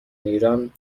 ایران